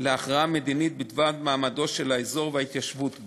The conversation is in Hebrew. להכרעה מדינית בדבר מעמד האזור וההתיישבות בו.